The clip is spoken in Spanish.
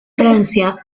francia